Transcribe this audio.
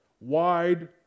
wide